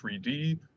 3D